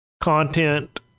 content